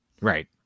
Right